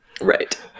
Right